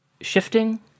shifting